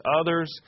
others